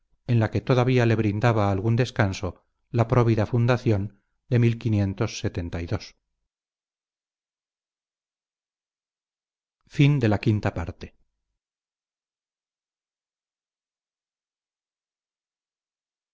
en la que todavía le brindaba algún descanso la próvida fundación de